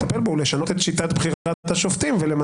היא לשנות את שיטת בחירת השופטים ולמנות